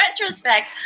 retrospect